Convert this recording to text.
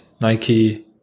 Nike